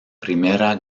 primera